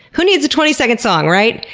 who needs a twenty second song, right?